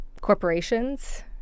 corporations